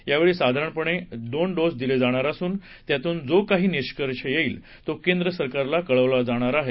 यावेळी साधारणपणे दोन डोस दिले जाणार असून यातुन जो काही निष्कर्ष येईल तो केंद्र सरकारला कळवला जाणार आहे